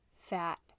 fat